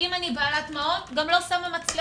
אם אני בעלת מעון אני גם לא אשים מצלמה.